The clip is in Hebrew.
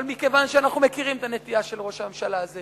אבל מכיוון שאנחנו מכירים את הנטייה של ראש הממשלה הזה